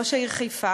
ראש העיר חיפה,